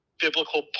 biblical